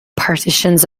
partitions